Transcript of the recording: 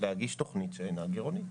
להגיש תוכנית שאינה גרעונית.